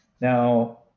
Now